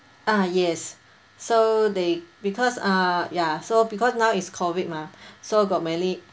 ah yes so they because uh ya so because now is COVID mah so got many